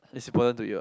it's important to you ah